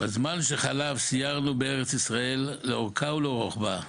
בזמן שחלף, סיירנו בארץ ישראל לאורכה ולרוחבה.